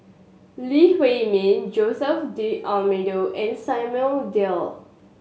Lee Huei Min Jose D'Almeida and Samuel Dyer